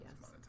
Yes